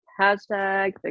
Hashtag